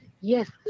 Yes